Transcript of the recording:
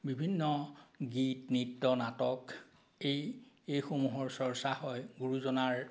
বিভিন্ন গীত নৃত্য় নাটক এই এইসমূহৰ চৰ্চা হয় গুৰুজনাৰ